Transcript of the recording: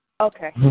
Okay